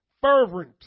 fervent